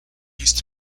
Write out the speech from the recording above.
used